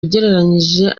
ugereranije